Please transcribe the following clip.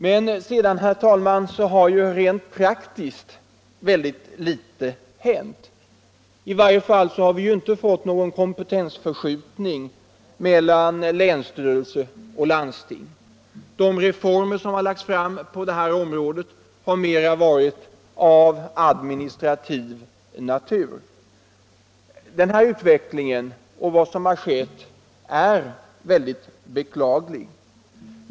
Men sedan, herr talman, har rent praktiskt mycket litet hänt. I varje fall har vi inte fått någon kompetensförskjutning mellan länsstyrelser och landsting. De reformer som har genomförts på det här området har mera varit av administrativ natur. Denna utveckling är mycket beklaglig.